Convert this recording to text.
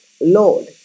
Lord